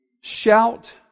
shout